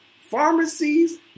pharmacies